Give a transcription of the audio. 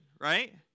right